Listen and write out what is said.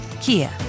Kia